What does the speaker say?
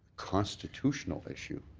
constitutional issue.